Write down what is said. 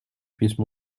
puisse